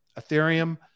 Ethereum